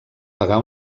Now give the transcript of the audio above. pagar